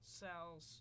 cells